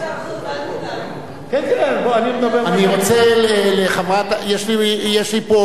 אני מדבר, יש לי פה רבי-אלופים ותת-אלופים.